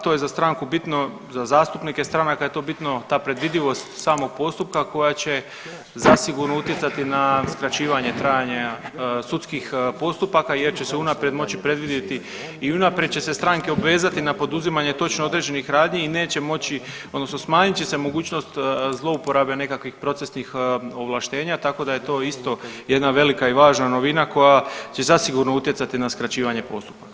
To je za stranku bitno, za zastupnike stranaka je to bitno, ta predvidivost samog postupka koja će zasigurno utjecati na skraćivanje trajanja sudskih postupaka jer će se unaprijed moći predvidjeti i unaprijed će se stranke obvezati na poduzimanje točno određenih radnji i neće moći, odnosno smanjit će se mogućnost zlouporabe nekakvih procesnih ovlaštenja tako da je to isto jedna velika i važna novina koja će zasigurno utjecati na skraćivanje postupka.